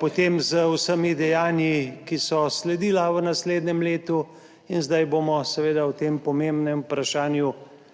potem z vsemi dejanji, ki so sledila v naslednjem letu in zdaj bomo seveda o tem pomembnem vprašanju